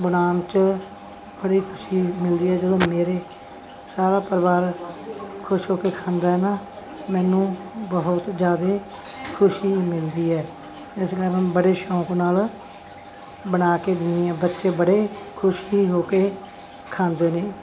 ਬਣਾਉਣ 'ਚ ਬੜੀ ਖੁਸ਼ੀ ਮਿਲਦੀ ਹੈ ਜਦੋਂ ਮੇਰਾ ਸਾਰਾ ਪਰਿਵਾਰ ਖੁਸ਼ ਹੋ ਕੇ ਖਾਂਦਾ ਹੈ ਨਾ ਮੈਨੂੰ ਬਹੁਤ ਜ਼ਿਆਦਾ ਖੁਸ਼ੀ ਮਿਲਦੀ ਹੈ ਇਸ ਕਾਰਨ ਬੜੇ ਸ਼ੌਕ ਨਾਲ ਬਣਾ ਕੇ ਦਿੰਦੀ ਹਾਂ ਬੱਚੇ ਬੜੇ ਖੁਸ਼ ਹੋ ਕੇ ਖਾਂਦੇ ਨੇ